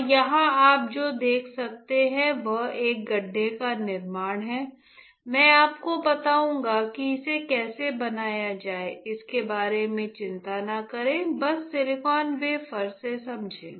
और यहां आप जो देख सकते हैं वह एक गड्ढे का निर्माण है मैं आपको बताऊंगा कि इसे कैसे बनाया जाए इसके बारे में चिंता न करें बस सिलिकॉन वेफर से समझें